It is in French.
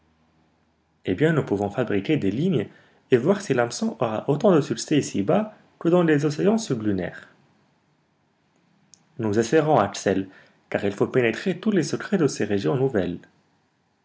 eh bien nous pouvons fabriquer des lignes et voir si l'hameçon aura autant de succès ici-bas que dans les océans sublunaires nous essayerons axel car il faut pénétrer tous les secrets de ces régions nouvelles